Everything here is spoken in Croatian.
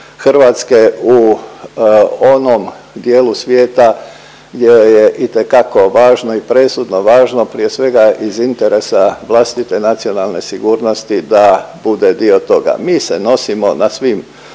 Hrvatske u onom dijelu svijeta gdje je itekako važno i presudno važno prije svega iz interesa vlastite nacionalne sigurnosti da bude dio toga. Mi se nosimo na svim